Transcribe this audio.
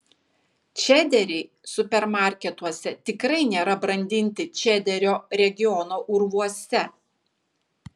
čederiai supermarketuose tikrai nėra brandinti čederio regiono urvuose